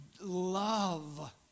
love